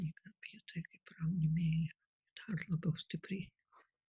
knyga apie tai kaip rauni meilę o ji dar labiau stiprėja